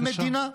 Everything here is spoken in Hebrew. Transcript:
-- אלא המדינה,